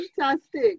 fantastic